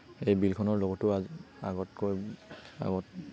এই বিলখনৰ লগতো আগতকৈ আগত